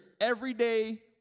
everyday